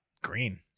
green